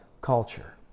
culture